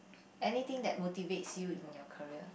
anything that motivates you in your career